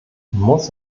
muss